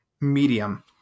medium